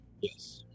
Yes